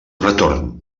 retorn